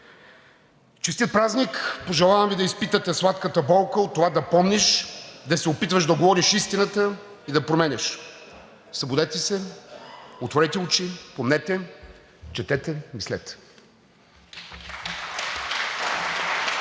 Честит празник! Пожелавам Ви да изпитате сладката болка от това да помниш, да се опитваш да говориш истината и да променяш. Събудете се, отворете очи, помнете, четете, мислете.